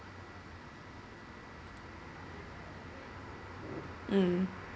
mm